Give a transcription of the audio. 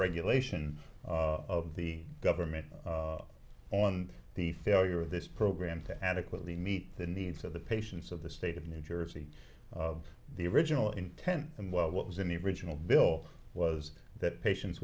overregulation of the government on the failure of this program to adequately meet the needs of the patients of the state of new jersey the original intent and well what was in the original bill was that patien